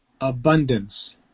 abundance